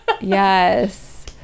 Yes